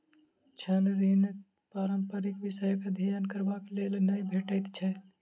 छात्र ऋण पारंपरिक विषयक अध्ययन करबाक लेल नै भेटैत छै